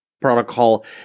protocol